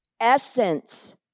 essence